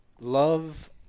love